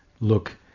look